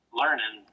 learning